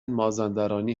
مازندرانی